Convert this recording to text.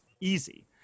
easy